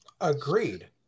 Agreed